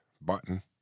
button